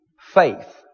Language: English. faith